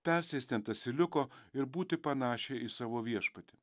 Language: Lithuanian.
persėsti ant asiliuko ir būti panašią į savo viešpatį